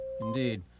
indeed